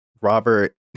Robert